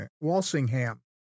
Walsingham